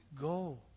go